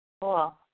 Cool